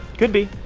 could be.